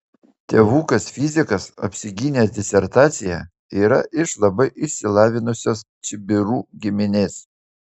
tėvukas fizikas apsigynęs disertaciją yra iš labai išsilavinusios čibirų giminės